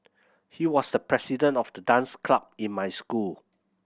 he was the president of the dance club in my school